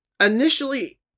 Initially